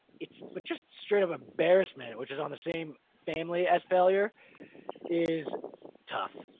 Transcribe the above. it's but just straight up embarressment, which is on the same family as failure is tough.